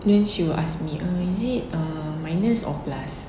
then she will ask me err is it err minus or plus